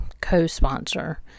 co-sponsor